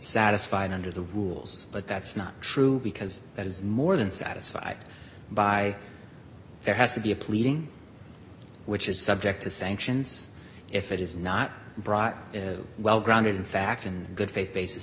satisfied under the rules but that's not true because that is more than satisfied by there has to be a pleading which is subject to sanctions if it is not brought well grounded in fact and good faith basis